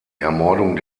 ermordung